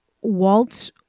walt